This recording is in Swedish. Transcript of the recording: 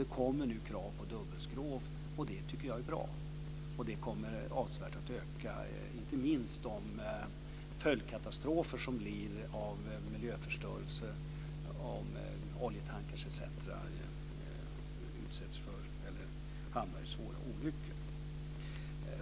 Nu kommer det krav på dubbelskrov, och det tycker jag är bra. Det kommer avsevärt att minska inte minst de följdkatastrofer i form av miljöförstörelse som uppkommer när oljetanker etc. hamnar i svåra olyckor.